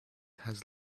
had